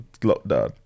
lockdown